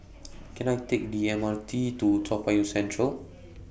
Can I Take The M R T to Toa Payoh Central